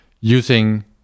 using